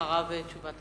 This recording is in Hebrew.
אחריו, תשובת